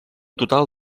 total